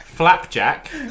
flapjack